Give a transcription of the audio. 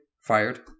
fired